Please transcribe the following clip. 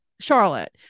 Charlotte